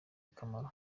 akamaro